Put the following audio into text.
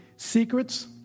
Secrets